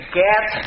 get